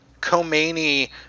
khomeini